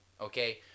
okay